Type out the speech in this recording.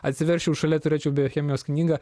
atsiversčiau šalia turėčiau biochemijos knygą